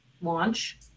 launch